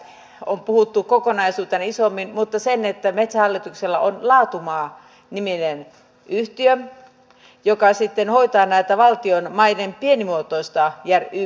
valtionmaiden myynnistä on puhuttu kokonaisuutena isommin mutta metsähallituksella on laatumaa niminen yhtiö joka hoitaa tätä valtionmaiden pienimuotoista myynti ja järjestelytoimintaa